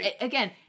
again